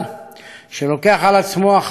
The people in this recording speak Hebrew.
שלוקח על עצמו אחריות לבנות